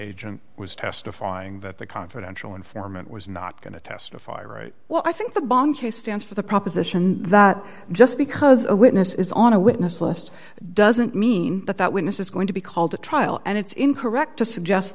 agent was testifying that the confidential informant was not going to testify right well i think the bomb case stands for the proposition that just because a witness is on a witness list doesn't mean that that witness is going to be called to trial and it's incorrect to suggest